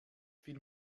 fiel